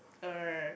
uh